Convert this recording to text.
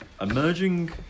emerging